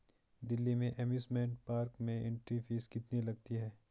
दिल्ली के amusement park में entry fees कितनी लगती है?